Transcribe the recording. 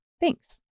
Thanks